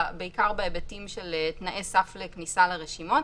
בעיקר בהיבטים של תנאי סף לכניסה לרשימות.